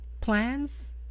plans